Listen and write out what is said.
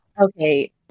okay